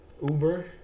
Uber